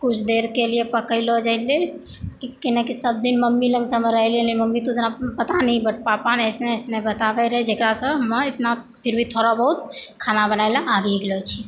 कुछ देरके लिए पकैलऽ जाइलए कोनाकि सबदिन मम्मी लग तऽ हमऽ रहलिए नहि मम्मी तऽ पता नहि बट पापा ने अइसने अइसने बताबै रहै जकरासँ हमऽ इतना फिर भी थोड़ा बहुत खाना बनाए लऽ आबि गेलऽ छै